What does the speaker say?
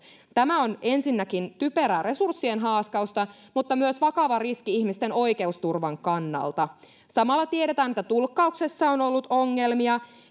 tämä on ensinnäkin typerää resurssien haaskausta mutta myös vakava riski ihmisten oikeusturvan kannalta samalla tiedetään että tulkkauksessa on ollut ongelmia